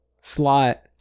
slot